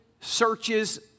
searches